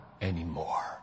anymore